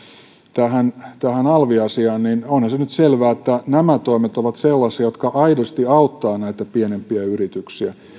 tähän alvi asiaan onhan se nyt selvää että nämä toimet ovat sellaisia jotka aidosti auttavat näitä pienempiä yrityksiä